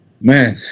Man